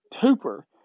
Hooper